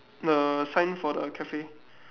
the sign for the cafe